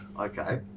Okay